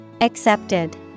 Accepted